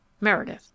Meredith